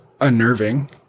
unnerving